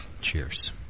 Cheers